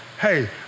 hey